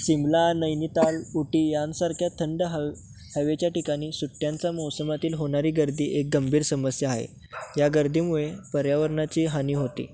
सिमला नैनीताल उटी यांसारख्या थंड हव हवेच्या ठिकाणी सुट्ट्यांचा मोसमातील होणारी गर्दी एक गंभीर समस्या आहे या गर्दीमुळे पर्यावरणाची हानी होते